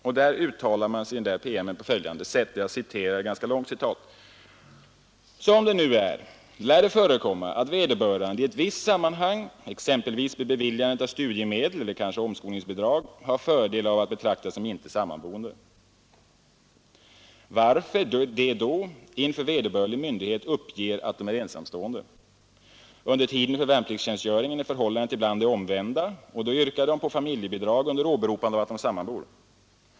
I denna PM uttalar man sig på följande sätt — jag citerar; det är ett ganska långt citat: ”Som det nu är lär det förekomma, att vederbörande i ett visst sammanhang har fördel av att betraktas såsom icke sammanboende, varför de då inför vederbörlig myndighet uppger att de är ensamstående. Under tiden för värnpliktstjänstgöringen är förhållandet ibland det omvända och då yrkar de på familjebidrag under åberopande av att de sammanbor.